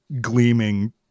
gleaming